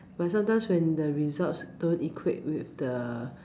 but sometimes when the results don't equate with the